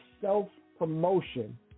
self-promotion